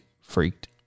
freaked